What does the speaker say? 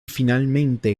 finalmente